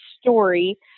story